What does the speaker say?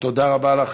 תודה לך,